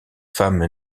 femme